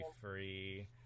free